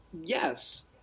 Yes